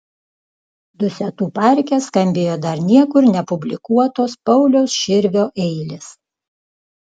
dusetų parke skambėjo dar niekur nepublikuotos pauliaus širvio eilės